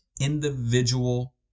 individual